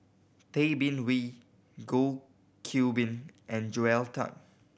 Tay Bin Wee Goh Qiu Bin and Joel Tan